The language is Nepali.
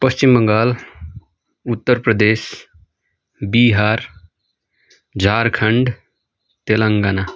पश्चिम बङ्गाल उत्तर प्रदेश बिहार झारखण्ड तेलाङ्गना